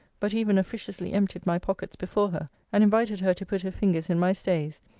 but even officiously emptied my pockets before her, and invited her to put her fingers in my stays,